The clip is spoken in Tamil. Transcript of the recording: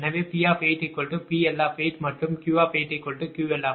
எனவேP8PL மற்றும் Q8QL